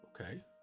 Okay